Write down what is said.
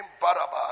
Barabbas